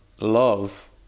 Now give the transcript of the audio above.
love